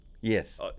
Yes